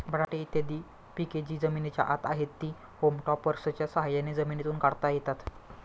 बटाटे इत्यादी पिके जी जमिनीच्या आत आहेत, ती होम टॉपर्सच्या साह्याने जमिनीतून काढता येतात